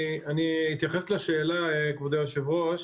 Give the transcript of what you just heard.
אני אתייחס לשאלה, כבוד היושב-ראש.